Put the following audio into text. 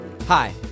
Hi